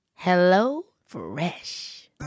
HelloFresh